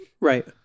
right